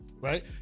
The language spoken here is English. right